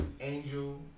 Angel